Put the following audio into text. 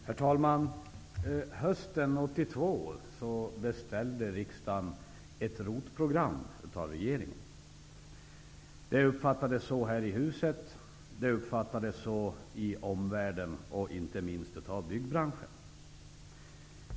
Herr talman! Hösten 1992 beställde riksdagen ett ROT-program av regeringen. Det uppfattades så här i huset, och det uppfattades så i omvärlden, inte minst av byggbranschen.